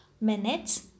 minutes